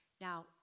Now